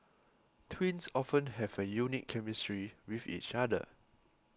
twins often have a unique chemistry with each other